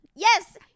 Yes